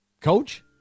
Coach